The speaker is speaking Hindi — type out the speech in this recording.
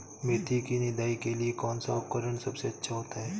मेथी की निदाई के लिए कौन सा उपकरण सबसे अच्छा होता है?